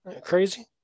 Crazy